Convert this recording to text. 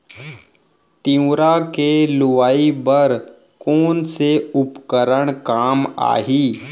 तिंवरा के लुआई बर कोन से उपकरण काम आही?